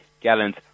gallons